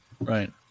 Right